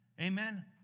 Amen